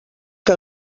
que